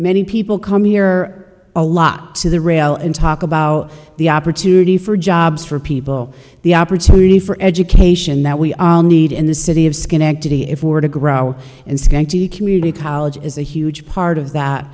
many people come here or a lot of the rail and talk about the opportunity for jobs for people the opportunity for education that we need in the city of schenectady if we're to grow and scanty community college is a huge part of that